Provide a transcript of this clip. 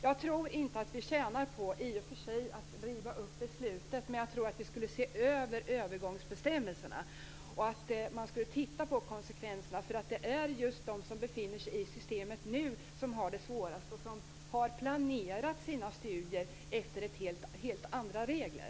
Jag tror inte att vi tjänar på att riva upp beslutet, men jag tror att vi borde se över övergångsbestämmelserna och titta på konsekvenserna. Det är nämligen de som befinner sig i systemet nu som har det svårast, de som har planerat sina studier efter helt andra regler.